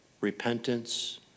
repentance